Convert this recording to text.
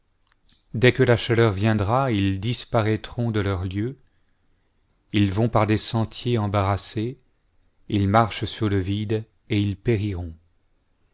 dès que la chaleur viendra ils disparaîtront de leur lieu ils vont par des sentiers embarrassés ils marchent sur le vide et ila périront